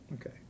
Okay